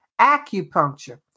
Acupuncture